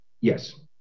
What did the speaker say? Yes